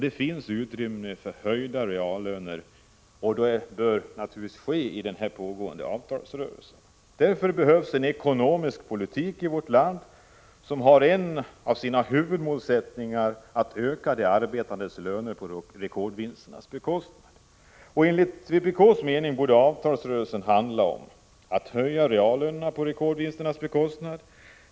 Det finns utrymme för höjda reallöner i den påbörjade avtalsrörelsen. Därför behövs en ekonomisk politik i vårt land som har som en av sina huvudmålsättningar att öka de arbetandes reallöner på rekordvinsternas bekostnad. Enligt vpk:s mening borde avtalsrörelsen handla om höjda reallöner på rekordvinsternas bekostnad.